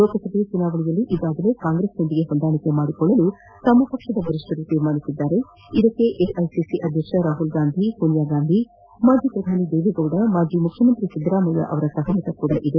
ಲೋಕಸಭಾ ಚುನಾವಣೆಯಲ್ಲಿ ಈಗಾಗಲೇ ಕಾಂಗ್ರೆಸ್ ಜೊತೆ ಹೊಂದಾಣಿಕೆ ಮಾಡಿಕೊಳ್ಳಲು ಪಕ್ಷದ ವರಿಷ್ಟರು ತೀರ್ಮಾನಿಸಿದ್ದಾರೆ ಇದಕ್ಕೆ ಎಐಸಿಸಿ ಅಧ್ಯಕ್ಷ ರಾಹುಲ್ ಗಾಂಧಿ ಸೋನಿಯಾ ಗಾಂಧಿ ಮಾಜಿ ಪ್ರಧಾನಿ ದೇವೇಗೌಡ ಮಾಜಿ ಮುಖ್ಯಮಂತ್ರಿ ಸಿದ್ದರಾಮಯ್ಥನವರ ಸಹಮತ ಇದೆ